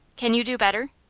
can you do better?